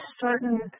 certain